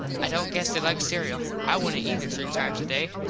i dont guess they like cereul. i wouldnt ether three times a day.